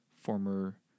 former